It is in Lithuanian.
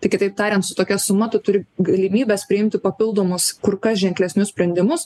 tai kitaip tariant su tokia suma tu turi galimybes priimti papildomus kur kas ženklesnius sprendimus